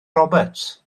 roberts